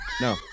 no